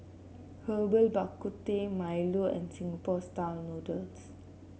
Herbal Bak Ku Teh milo and Singapore style noodles